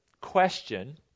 question